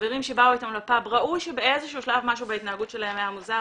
חברים שבאו איתם לפאב ראו שבאיזשהו שלב משהו בהתנהגות שלהם היה מוזר.